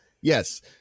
Yes